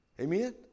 Amen